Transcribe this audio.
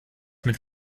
mit